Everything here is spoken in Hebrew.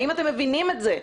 האם אתם מבינים את זה?